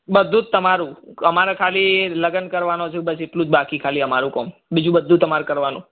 બધું જ તમારું અમારે ખાલી લગ્ન કરવાનાં છે બસ એટલું જ બાકી ખાલી અમારું કામ બીજું બધું તમારે કરવાનું